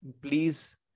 please